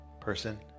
person